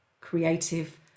creative